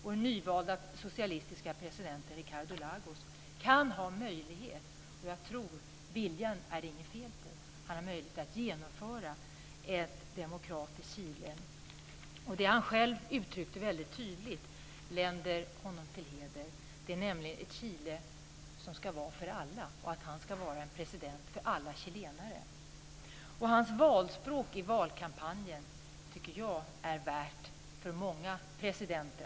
Och den nyvalda socialistiska presidenten Ricardo Lagos kan ha möjlighet - jag tror inte att det är något fel på viljan - att genomföra ett demokratiskt Chile. Det han själv uttryckte väldigt tydligt länder honom till heder. Det var nämligen att det ska vara ett Chile för alla och att han ska vara en president för alla chilenare. Hans valspråk i valkampanjen tycker jag är värt att följa efter för många presidenter.